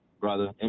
brother